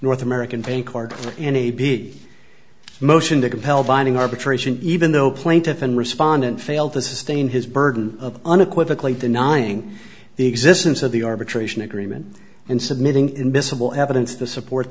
north american bankcard in a b motion to compel binding arbitration even though plaintiff in respondent failed to sustain his burden of unequivocally denying the existence of the arbitration agreement and submitting invisible evidence to support